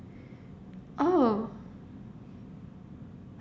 oh